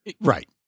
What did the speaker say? Right